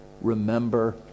remember